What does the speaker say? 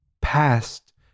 past